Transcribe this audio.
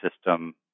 system